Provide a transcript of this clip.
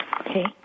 Okay